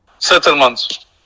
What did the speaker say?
settlements